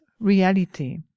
Reality